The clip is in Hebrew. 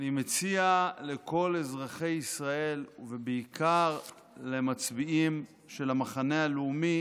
אני מציע לכל אזרחי ישראל ובעיקר למצביעים של המחנה הלאומי